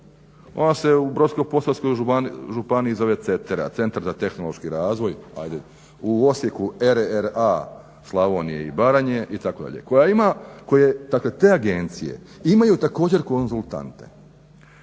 Ona se u Brodsko-posavskoj županiji zove CETERA, centar za tehnološki razvoj, u Osijeku ERE a Slavonije i Baranje itd. koja ima, dakle te agencije imaju također konzultante.